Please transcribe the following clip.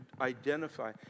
identify